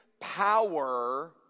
power